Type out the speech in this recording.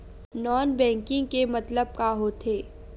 Non banking के मतलब का होथे?